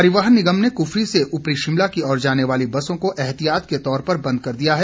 परिवहन निगम ने कृफरी से ऊपरी शिमला की ओर जाने वाली बसों को एहतियात के तौर पर बंद कर दिया है